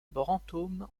brantôme